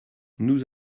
nous